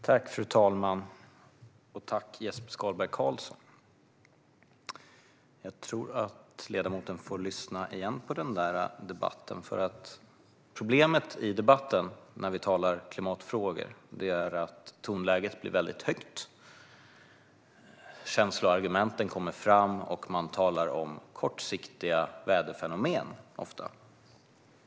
Fru talman! Tack, Jesper Skalberg Karlsson! Jag tror att ledamoten får lyssna igen på den där debatten. Problemet i debatten om klimatfrågor är att tonläget blir väldigt högt. Känsloargumenten kommer fram, och man talar ofta om kortsiktiga väderfenomen.